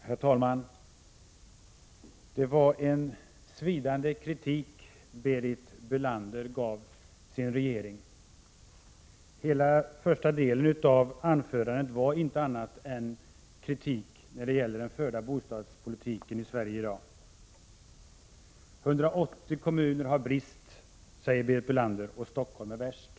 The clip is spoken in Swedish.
Herr talman! Det var en svidande kritik som Berit Bölander gav sin regering. Hela första delen av anförandet var inget annat än en kritik av den förda bostadspolitiken i Sverige. 180 kommuner har bostadsbrist, säger Berit Bölander, och Stockholm är värst.